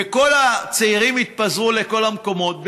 וכל הצעירים התפזרו לכל המקומות,